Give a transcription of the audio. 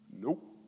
Nope